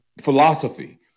philosophy